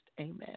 Amen